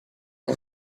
out